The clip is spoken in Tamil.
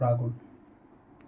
ராகுல்